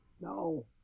No